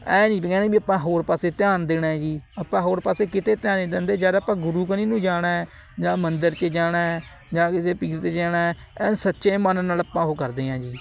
ਐਂ ਨਹੀਂ ਕਹਿਣਾ ਵੀ ਆਪਾਂ ਹੋਰ ਪਾਸੇ ਧਿਆਨ ਦੇਣਾ ਏ ਜੀ ਆਪਾਂ ਹੋਰ ਪਾਸੇ ਕਿਤੇ ਧਿਆਨ ਨਹੀਂ ਦਿੰਦੇ ਜਦ ਆਪਾਂ ਗੁਰੂ ਕਨੀ ਨੂੰ ਜਾਣਾ ਜਾਂ ਮੰਦਰ 'ਚ ਜਾਣਾ ਜਾਂ ਕਿਸੇ ਪੀਰ 'ਤੇ ਜਾਣਾ ਐਨ ਸੱਚੇ ਮਨ ਨਾਲ਼ ਆਪਾਂ ਉਹ ਕਰਦੇ ਹਾਂ ਜੀ